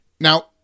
Now